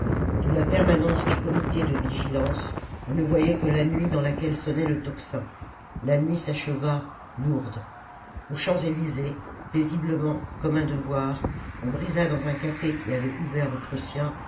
de la permanence du comité de vigilance on ne voyait que la nuit dans laquelle sonnait le tocsin la nuit s'acheva lourde aux champs-elysées paisiblement comme un devoir on brisa dans un café qui avait ouvert aux prussiens